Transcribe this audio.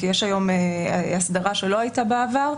כי יש המון הסדרה שלא הייתה בעבר.